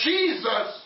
Jesus